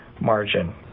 margin